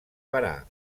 berà